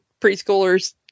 preschoolers